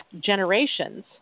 generations